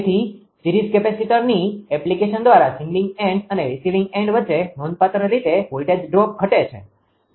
તેથી સીરીઝ કેપેસિટરની એપ્લિકેશન દ્વારા સેન્ડીંગ એન્ડ અને રિસીવિંગ એન્ડ વચ્ચે નોંધપાત્ર રીતે વોલ્ટેજ ડ્રોપ ઘટે છે